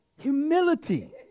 humility